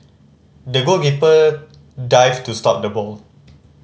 the goalkeeper dived to stop the ball